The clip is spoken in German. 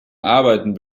arbeiten